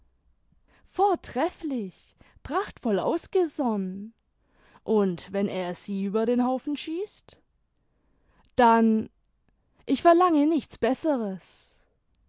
vortrefflich prachtvoll ausgesonnen und wenn er sie über den haufen schießt dann ich verlange nichts besseres